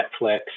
Netflix